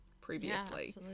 previously